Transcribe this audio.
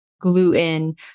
gluten